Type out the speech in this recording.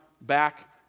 back